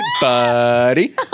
buddy